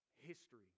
history